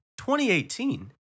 2018